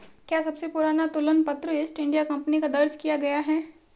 क्या सबसे पुराना तुलन पत्र ईस्ट इंडिया कंपनी का दर्ज किया गया है?